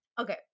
Okay